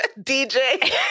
DJ